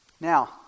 Now